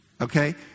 Okay